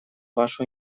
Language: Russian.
вашу